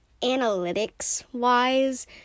Analytics-wise